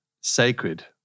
sacred